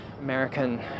American